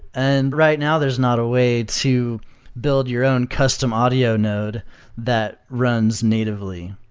and right now, there's not a way to build your own custom audio node that runs natively.